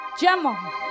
Gemma